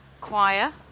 choir